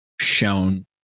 Shown